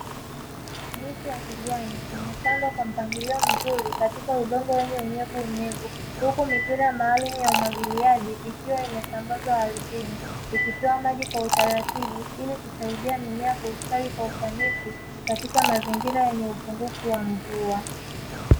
Miche ya kijani imepandwa kwa mpangilio mzuri katika udongo wenye unyevunyevu huku mipira maalumu ya umwagiliaji ikiwa imetandazwa ardhini ikitoa maji kwa utaratibu ili kusaidia mimea kustawi kwa ufanisi katika mazingira yenye upungufu wa mvua.